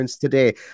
Today